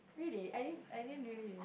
really I didn't I didn't really uh